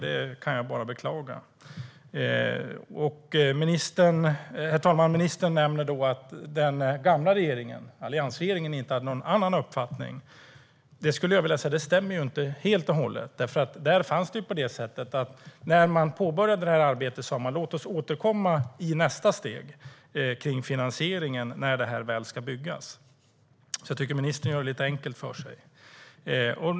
Det kan jag bara beklaga. Herr talman! Ministern nämnde att den gamla regeringen - alliansregeringen - inte hade någon annan uppfattning, men det stämmer inte helt och hållet. När arbetet påbörjades sa man: Låt oss återkomma i nästa steg om finansieringen, när det väl ska byggas. Jag tycker att ministern gör det lite enkelt för sig.